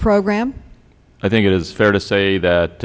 program i think it is fair to say that